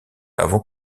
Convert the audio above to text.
avant